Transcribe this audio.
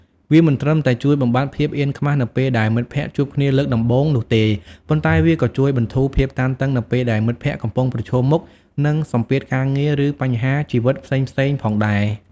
វាមិនត្រឹមតែជួយបំបាត់ភាពអៀនខ្មាស់នៅពេលដែលមិត្តភក្តិជួបគ្នាលើកដំបូងនោះទេ ប៉ុន្តែវាក៏ជួយបន្ធូរភាពតានតឹងនៅពេលដែលមិត្តភក្តិកំពុងប្រឈមមុខនឹងសម្ពាធការងារឬបញ្ហាជីវិតផ្សេងៗផងដែរ។